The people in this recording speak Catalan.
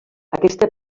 aquesta